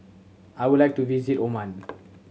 I would like to visit Oman